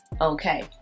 okay